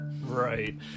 Right